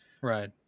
right